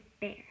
bear